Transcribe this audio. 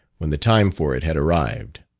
when the time for it had arrived.